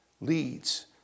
leads